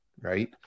right